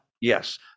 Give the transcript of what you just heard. Yes